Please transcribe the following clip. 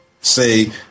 say